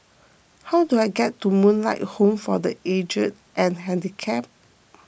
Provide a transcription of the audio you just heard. how do I get to Moonlight Home for the Aged and Handicapped